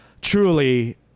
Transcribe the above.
truly